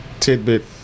Tidbit